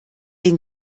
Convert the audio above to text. den